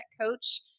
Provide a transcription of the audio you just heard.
coach